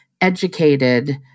educated